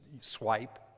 swipe